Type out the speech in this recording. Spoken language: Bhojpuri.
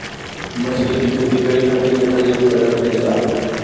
मछली के खेती करे खातिर मिठा जल के प्रयोग कईल जाला